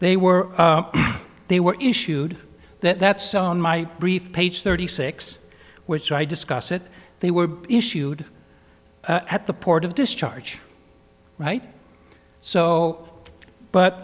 they were they were issued that that's on my brief page thirty six which i discuss it they were issued at the port of discharge right so but